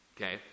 Okay